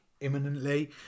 imminently